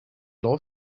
law